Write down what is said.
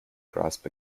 grasp